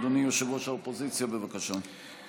אדוני יושב-ראש האופוזיציה, בבקשה.